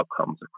outcomes